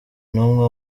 n’umwe